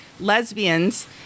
lesbians